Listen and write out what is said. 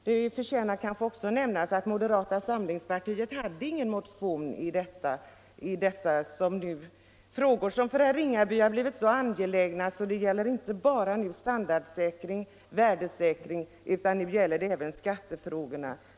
Det förtjänar kanske också nämnas att moderata samlingspartiet inte hade avgivit någon motion i dessa frågor, som för herr Ringaby har blivit så angelägna att det nu inte bara gäller standardsänkningen och värdesänkningen av pensionsbeloppen utan även skattefrågorna.